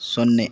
ಸೊನ್ನೆ